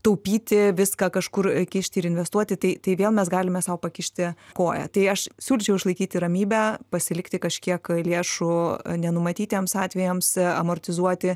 taupyti viską kažkur kišti ir investuoti tai tai vėl mes galime sau pakišti koją tai aš siūlyčiau išlaikyti ramybę pasilikti kažkiek lėšų nenumatytiems atvejams amortizuoti